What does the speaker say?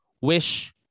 WISH